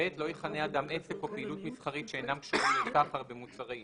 (ב)לא יכנה אדם עסק או פעילות מסחרית שאינם קשורים לסחר במוצרי עישון,